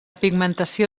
pigmentació